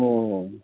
ꯑꯣ